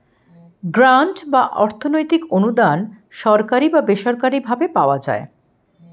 grant বা অর্থনৈতিক অনুদান সরকারি বা বেসরকারি ভাবে পাওয়া যায়